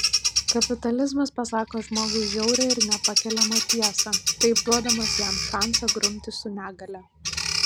kapitalizmas pasako žmogui žiaurią ir nepakeliamą tiesą taip duodamas jam šansą grumtis su negalia